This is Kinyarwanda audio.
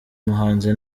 muhanzi